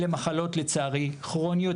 אלה מחלות לצערי כרוניות,